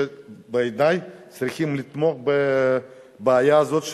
שבעיני צריכים לתמוך בפתרון הבעיה הזאת,